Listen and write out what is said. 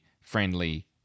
friendly